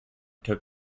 took